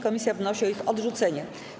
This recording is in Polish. Komisja wnosi o ich odrzucenie.